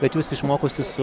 bet jūs išmokusi su